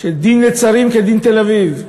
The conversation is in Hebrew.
שדין נצרים כדין תל-אביב,